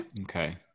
Okay